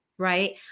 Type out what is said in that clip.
right